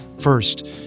First